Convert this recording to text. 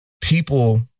people